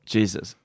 Jesus